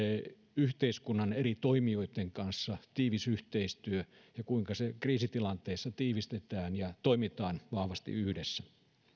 yhteiskunnan eri toimijoitten kanssa tiivis yhteistyö ja kuinka sitä kriisitilanteessa tiivistetään ja toimitaan vahvasti yhdessä